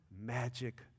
magic